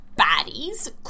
baddies